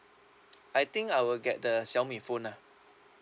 I think I will get the xiaomi phone lah